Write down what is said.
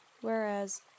Whereas